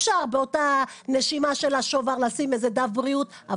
אפשר באותה נשימה של השובר לשים איזה דף בריאות.